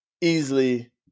easily